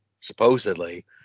supposedly